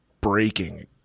breaking